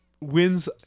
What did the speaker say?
wins